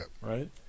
right